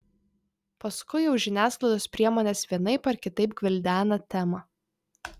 paskui jau žiniasklaidos priemonės vienaip ar kitaip gvildena temą